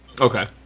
Okay